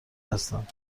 هستند